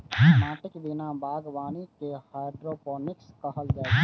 माटिक बिना बागवानी कें हाइड्रोपोनिक्स कहल जाइ छै